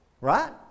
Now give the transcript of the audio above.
right